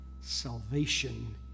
salvation